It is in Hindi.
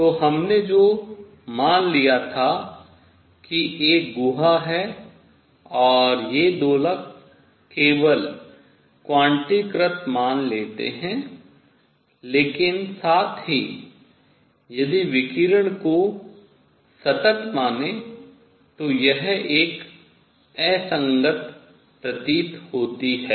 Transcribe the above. तो हमने जो मान लिया था कि एक गुहा है और ये दोलक केवल क्वांटीकृत मान लेते हैं लेकिन साथ ही यदि विकिरण को सतत माने तो यह एक असंगत प्रतीत होती है